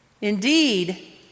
Indeed